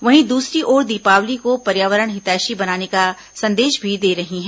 वहीं दूसरी ओर दीपावली को पर्यावरण हितैषी बनाने का संदेश भी दे रही हैं